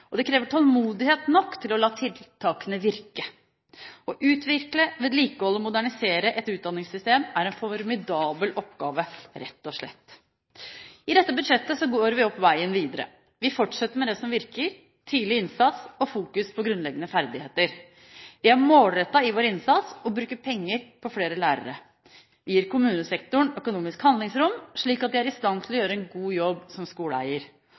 Det krever tålmodighet nok til å la tiltakene virke. Å utvikle, vedlikeholde og modernisere et utdanningssystem er en formidabel oppgave, rett og slett. I dette budsjettet går vi opp veien videre. Vi fortsetter med det som virker: tidlig innsats og fokus på grunnleggende ferdigheter. Vi er målrettet i vår innsats og bruker penger på flere lærere. Vi gir kommunesektoren økonomisk handlingsrom, slik at den er i stand til å gjøre en god jobb som skoleeier.